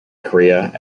korea